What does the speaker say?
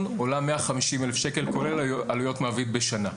עולה 150,000 כולל עלויות מעביד בשנה.